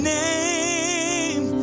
name